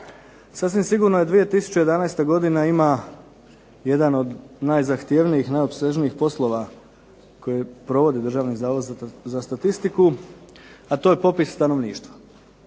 Sasvim sigurno 2011. godina ima jedan od najzahtjevnijih, najopsežnijih poslova koje provode Državni zavod za statistiku, a to je popis stanovništva.